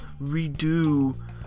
redo